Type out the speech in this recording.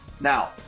Now